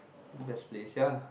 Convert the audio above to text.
best place ya